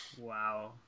Wow